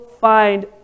find